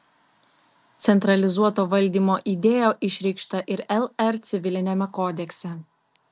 centralizuoto valdymo idėja išreikšta ir lr civiliniame kodekse